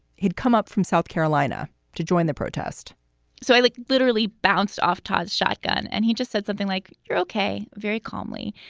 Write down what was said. he'd come up from south carolina to join the protest so i like literally bounced off todd's shotgun and he just said something like, you're okay? very calmly.